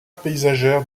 paysagère